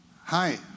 Hi